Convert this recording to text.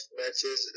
matches